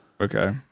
Okay